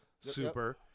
Super